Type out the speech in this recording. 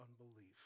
unbelief